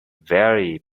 very